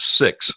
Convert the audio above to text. six